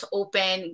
open